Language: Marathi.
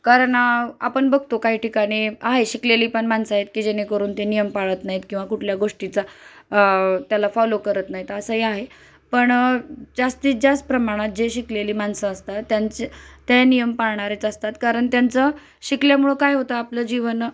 कारण आपण बघतो काही ठिकाणी आहे शिकलेली पण माणसं आहेत की जेणेकरून ते नियम पाळत नाहीत किंवा कुठल्या गोष्टीचा त्याला फॉलो करत नाहीत असंही आहे पण जास्तीत जास्त प्रमाणात जे शिकलेली माणसं असतात त्यांचे त्या नियम पाळणारेच असतात कारण त्यांचं शिकल्यामुळं काय होतं आपलं जीवन